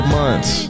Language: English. months